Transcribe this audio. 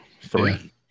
Three